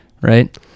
Right